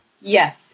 Yes